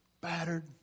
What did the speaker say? battered